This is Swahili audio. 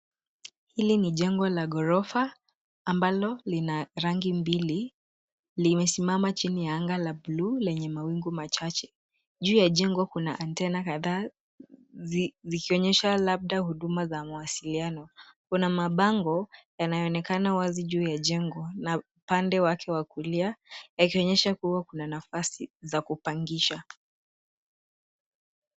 Hili ni jengo la ghorofa ambalo lina rangi mbili limesimama chini ya anga la bluu lenye mawingu machache. Juu ya jengo kuna antenna kadhaa zikionyesha labda huduma za mawasiliano. Kuna mabango yanayoonekana wazi juu ya jengo na upande wake wa kulia yakionyesha kuwa kuna nafasi za kupangisha.